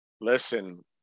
Listen